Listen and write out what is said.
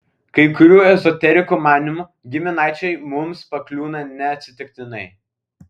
kai kurių ezoterikų manymu giminaičiai mums pakliūna ne atsitiktinai